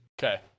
Okay